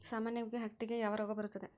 ಸಾಮಾನ್ಯವಾಗಿ ಹತ್ತಿಗೆ ಯಾವ ರೋಗ ಬರುತ್ತದೆ?